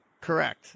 correct